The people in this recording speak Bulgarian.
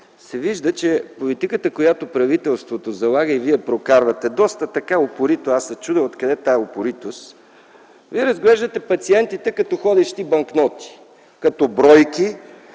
се вижда, че политиката, която правителството залага и Вие прокарвате доста упорито, аз се чудя откъде тази упоритост, Вие разглеждате пациентите като ходещи банкноти, като бройки,